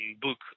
book